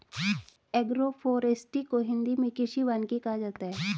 agroforestry को हिंदी मे कृषि वानिकी कहा जाता है